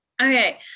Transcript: Okay